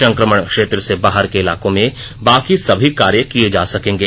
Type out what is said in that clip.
संक्रमण क्षेत्र से बाहर के इलाकों में बाकी सभी कार्य किए जा सकेंगे